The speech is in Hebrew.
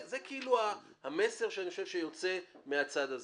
זה המסר שיוצא מהצד הזה.